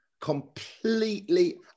completely